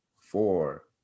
four